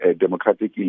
democratic